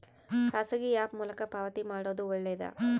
ಖಾಸಗಿ ಆ್ಯಪ್ ಮೂಲಕ ಪಾವತಿ ಮಾಡೋದು ಒಳ್ಳೆದಾ?